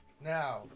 now